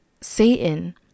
satan